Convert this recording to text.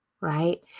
right